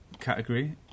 category